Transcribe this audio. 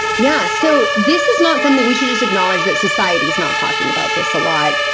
yeah. so this is not something. we should just acknowledge that society's not talking about this a lot.